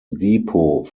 depot